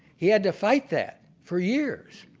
he had to fight that for years.